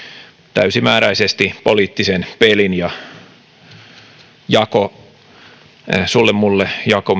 täysimääräisesti poliittisen pelin ja sulle mulle